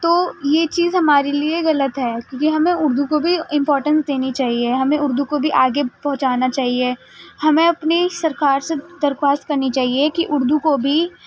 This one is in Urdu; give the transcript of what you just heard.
تو یہ چیز ہمارے لیے غلط ہے کیوںکہ ہمیں اردو کو بھی امپورٹینس دینی چاہیے ہمیں اردو کو بھی آگے پہنچانا چاہیے ہمیں اپنی سرکار سے درخواست کرنی چاہیے کہ اردو کو بھی